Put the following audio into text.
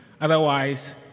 Otherwise